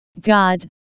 god